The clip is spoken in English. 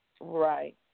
Right